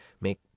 make